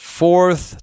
fourth